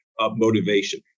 motivation